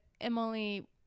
Emily